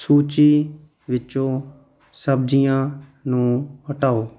ਸੂਚੀ ਵਿੱਚੋਂ ਸਬਜ਼ੀਆਂ ਨੂੰ ਹਟਾਓ